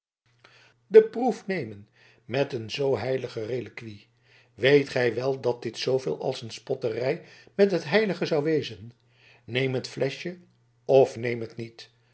de proef nemen met een zoo heilige reliquie weet gij wel dat dit zooveel als een spotternij met het heilige zou wezen neem het fleschje of neem het niet